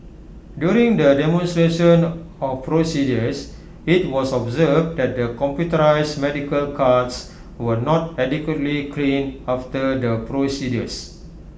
during the demonstrations of procedures IT was observed that the computerised medical carts were not adequately cleaned after the procedures